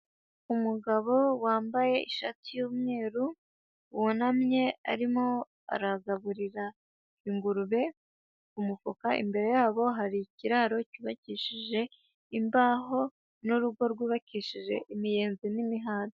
Umugabo wambaye ishati y'umweru, wunamye arimo aragaburira ingurube ku mufuka, imbere yaho hari ikiraro cyubakishije imbaho n'urugo rwubakishije imiyenzi n'imihati.